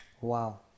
Wow